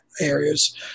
areas